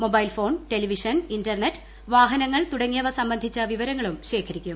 mobile phone television internet വാഹനങ്ങൾ തുടങ്ങിയവ സംബന്ധിച്ച വിവരങ്ങളും ശേഖരിക്കും